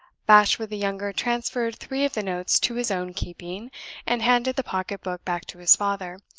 bashwood the younger transferred three of the notes to his own keeping and handed the pocket-book back to his father,